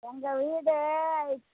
எங்கள் வீடு